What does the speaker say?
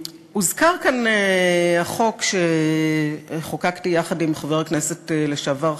הוזכר כאן החוק שחוקקתי יחד עם חבר הכנסת לשעבר,